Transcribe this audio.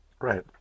Right